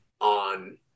on